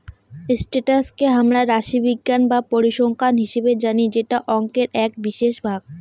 status কে হামরা রাশিবিজ্ঞান বা পরিসংখ্যান হিসেবে জানি যেটো অংকের এক বিশেষ ভাগ